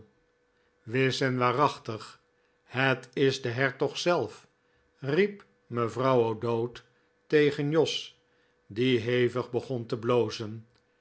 wis en waarachtig het is de hertog zelf riep mevrouw o'dowd tegen jos die hevig begon te blozen